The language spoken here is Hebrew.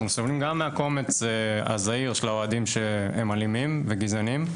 אנחנו סובלים גם מהקומץ הזעיר של האוהדים שהם אלימים וגזענים.